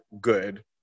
good